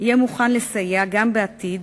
יהיה מוכן לסייע גם בעתיד,